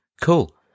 cool